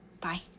Bye